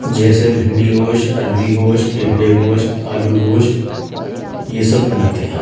جیسے بھنڈی گوشت اروی گوشت ٹنڈے گوشت آلو گوشت یہ سب بناتے ہیں